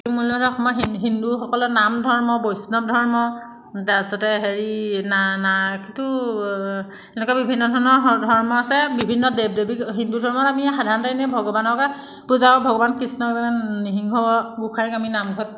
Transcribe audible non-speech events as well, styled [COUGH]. [UNINTELLIGIBLE] হিন্দুসকলৰ নাম ধৰ্ম বৈষ্ণৱ ধৰ্ম তাৰপিছতে হেৰি না না কিটো এনেকুৱা বিভিন্ন ধৰণৰ ধৰ্ম আছে বিভিন্ন দেৱ দেৱীক হিন্দু ধৰ্মত আমি সাধাৰণতে এনে ভগৱানৰ গাত পূজা আৰু ভগৱান কৃষ্ণ [UNINTELLIGIBLE] গোসাঁইক আমি নামঘৰত